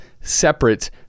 separate